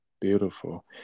beautiful